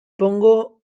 pongo